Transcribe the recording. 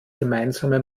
gemeinsame